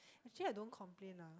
actually I don't complain lah